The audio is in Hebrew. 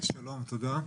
אז אני אומר, קודם כל,